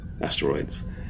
asteroids